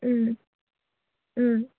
ও ও